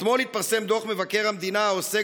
אתמול התפרסם דוח מבקר המדינה העוסק